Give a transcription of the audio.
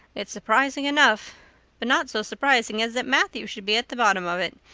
it's surprising enough but not so surprising as that matthew should be at the bottom of it,